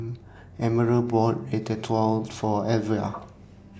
Emerald bought Ratatouille For Elvia